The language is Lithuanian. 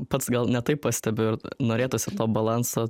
pats gal ne taip pastebiu ir norėtųsi to balanso